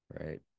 Right